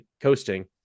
coasting